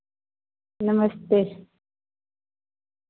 नमस्ते